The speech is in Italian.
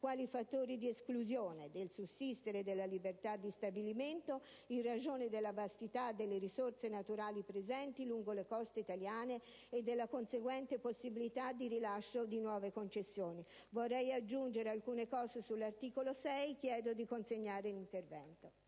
quali fattori di esclusione, del sussistere della libertà di stabilimento in ragione della vastità delle risorse naturali presenti lungo le coste italiane e della conseguente possibilità di rilascio di nuove concessioni. L'articolo 3 è l'unico articolo che riguarda le imprese